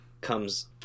comes